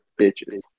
bitches